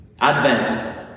Advent